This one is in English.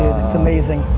that's amazing.